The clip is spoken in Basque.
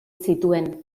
zituen